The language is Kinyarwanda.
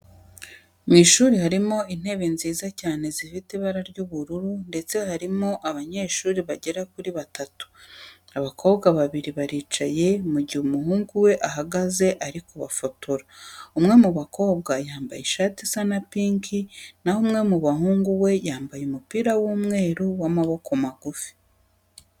Mu ishuri harimo intebe nziza cyane zifite ibara ry'ubururu ndetse harimo abanyeshuri bagera kuri batatu. Abakobwa babiri baricaye, mu gihe umuhungu we ahagaze ari kubafotora. Umwe mu bakobwa yambaye ishati isa na pinki, na ho uwo muhungu we yambaye umupira w'umweru w'amaboko magufi.